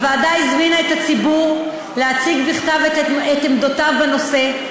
הוועדה הזמינה את הציבור להציג בכתב את עמדותיו בנושא,